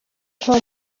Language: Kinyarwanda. jean